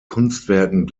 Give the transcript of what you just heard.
kunstwerken